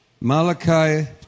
Malachi